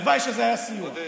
הלוואי שזה היה סיוע.